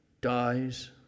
dies